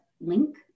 Link